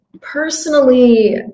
personally